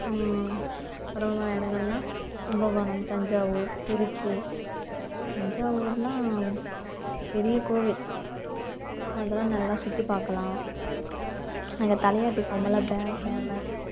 ரோமா இடங்கள்னா கும்பகோணம் தஞ்சாவூர் திருச்சி தஞ்சாவூர்லா பெரிய கோவில் அதெல்லாம் நல்லா சுற்றி பார்க்கலாம் அங்கே தலையாட்டி பொம்மலாம் பே ஃபேமஸ்